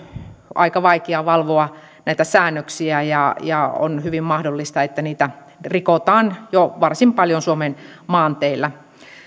aika vaikea valvoa näitä säännöksiä ja ja on hyvin mahdollista että niitä rikotaan jo varsin paljon suomen maanteillä